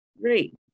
Great